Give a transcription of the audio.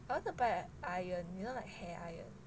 I want to buy an iron you know like hair iron